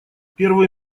первые